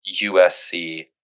USC